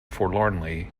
forlornly